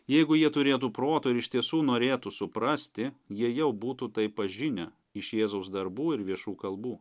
jeigu jie turėtų proto ir iš tiesų norėtų suprasti jie jau būtų tai pažinę iš jėzaus darbų ir viešų kalbų